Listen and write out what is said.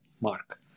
mark